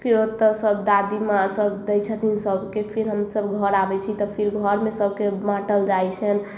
फिर ओतऽ सब दादी माँ सब दै छथिन सबके फिर हमसब घर आबै छी तऽ फिर घरमे सबके बाँटल जाइ छनि